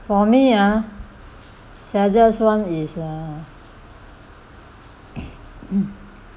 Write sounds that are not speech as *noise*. for me ah saddest one is uh *coughs*